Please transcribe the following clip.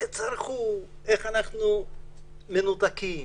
וצרחו איך אנחנו מנותקים